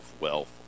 wealth